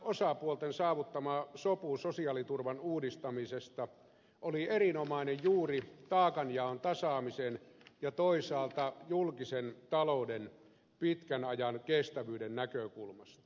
työmarkkinaosapuolten saavuttama sopu sosiaaliturvan uudistamisesta oli erinomainen juuri taakanjaon tasaamisen ja toisaalta julkisen talouden pitkän ajan kestävyyden näkökulmasta